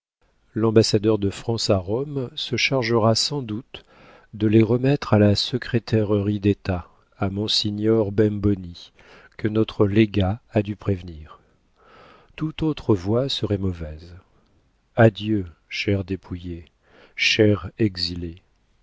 l'ambassadeur de france à rome se chargera sans doute de les remettre à la secrétairerie d'état à monsignore bemboni que notre légat a dû prévenir toute autre voie serait mauvaise adieu cher dépouillé cher exilé